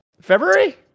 february